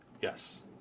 Yes